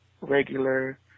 regular